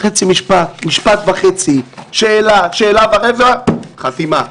חצי משפט, משפט וחצי, שאלה ורבע וחתימה.